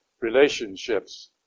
relationships